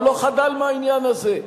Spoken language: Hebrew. הוא לא חדל מהעניין הזה.